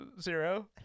zero